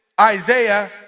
Isaiah